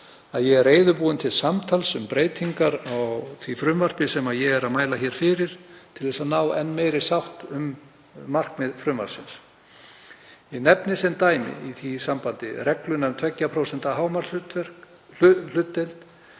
að ég sé reiðubúinn til samtals um breytingar á frumvarpinu sem ég mæli hér fyrir til að ná enn meiri sátt um markmið frumvarpsins. Ég nefni sem dæmi í því sambandi reglu um 2% hámarkshlutdeild